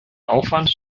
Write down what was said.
aufwand